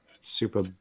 Super